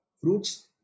fruits